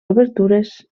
obertures